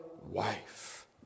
wife